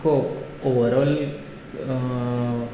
आख्खो ऑवरओल